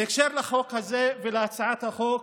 בהקשר לחוק הזה ולהצעת החוק,